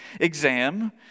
exam